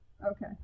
okay